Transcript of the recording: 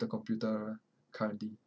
the computer currently